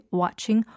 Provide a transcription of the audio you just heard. watching